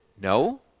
No